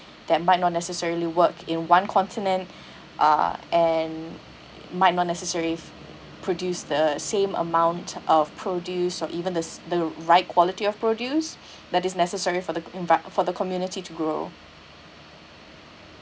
that might not necessarily work in one continent uh and might not necessari~ produce the same amount of produce or even this the right quality of produce that is necessary for the envir~ for the community to grow